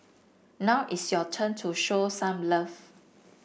now it's your turn to show some love